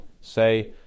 say